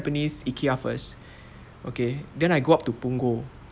~pines ikea first okay then I go up to punggol